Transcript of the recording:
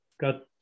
got